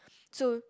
so